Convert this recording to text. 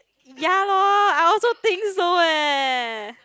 ya lor I also think so leh